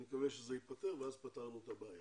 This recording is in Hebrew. אני מקווה שזה ייפתר ואז פתרנו את הבעיה.